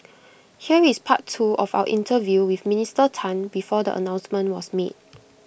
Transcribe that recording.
here is part two of our interview with Minister Tan before the announcement was made